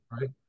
right